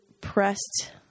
pressed